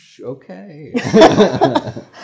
Okay